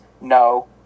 no